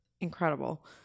incredible